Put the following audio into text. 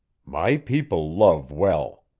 my people love well!